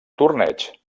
torneig